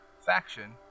faction